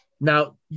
Now